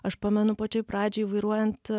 aš pamenu pačioj pradžioj vairuojant